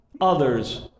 others